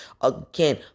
Again